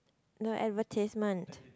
the advertisement